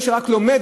מי שרק לומד,